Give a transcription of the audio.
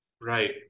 Right